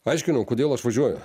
aiškinau kodėl aš važiuoju